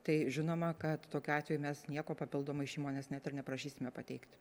tai žinoma kad tokiu atveju mes nieko papildomai iš įmonės net ir neprašysime pateikti